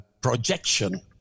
projection